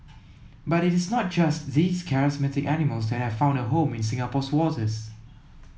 but it is not just these charismatic animals that have found a home in Singapore's waters